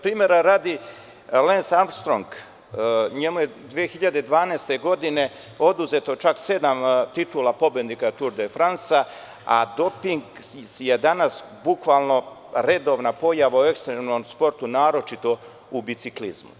Primera radi, Lens Armstrong, njemu je 2012. godine oduzeto čak sedam titula pobednika „Tour de France“, a doping je danas bukvalno redovna pojava u ekstremnom sportu, naročito u biciklizmu.